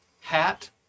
hat